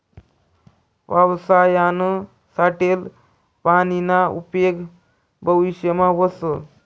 पावसायानं साठेल पानीना उपेग भविष्यमा व्हस